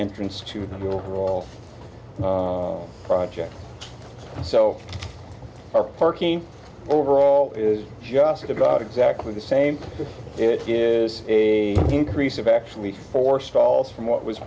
entrance to the overall project so our parking overall is just about exactly the same place it is a increase of actually four stalls from what was